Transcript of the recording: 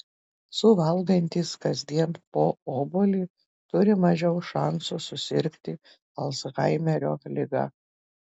suvalgantys kasdien po obuolį turi mažiau šansų susirgti alzhaimerio liga